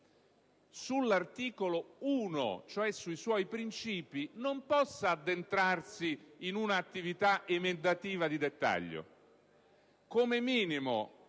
sull'articolo 1, cioè sui suoi principi, non ci si possa addentrare in una attività emendativa di dettaglio. Come minimo,